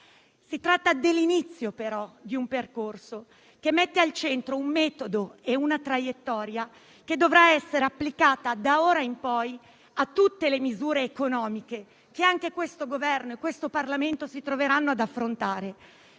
Si tratta, però, dell'inizio di un percorso, che mette al centro un metodo e una traiettoria che dovrà essere applicata, da ora in poi, a tutte le misure economiche che anche questo Governo e questo Parlamento si troveranno ad affrontare.